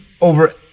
over